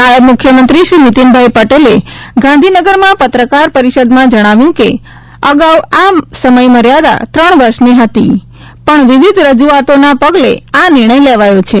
નાયબ મુખ્યમંત્રી શ્રી નિતીનભાઇ પટેલે ગાંધીનગરમાં પત્રકાર પરિષદમાં જણાવ્યું કે અગાઉ આ સમયમર્યાદા ત્રણ વર્ષની હતી પણ વિવિધ રજૂઆતોના પગલે આ નિર્ણય લેવાયો છે